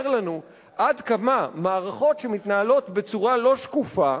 לנו עד כמה מערכות שמתנהלות בצורה לא שקופה,